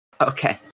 Okay